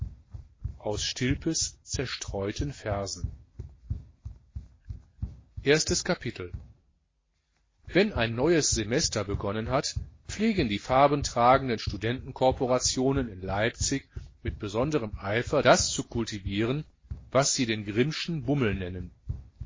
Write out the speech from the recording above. aus stilpes zerstreuten versen wenn ein neues semester begonnen hat pflegen die farbentragenden studentenkorporationen in leipzig mit besonderem eifer das zu kultivieren was sie den grimmschen bummel nennen